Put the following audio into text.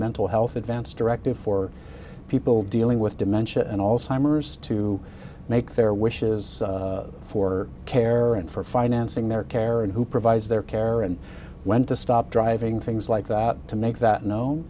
mental health advance directive for people dealing with dementia and alzheimer's to make their wishes for care and for financing their care and who provides their care and when to stop driving things like that to make that